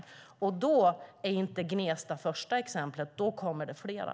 Gnesta blir i så fall inte det sista exemplet, utan då kommer det flera.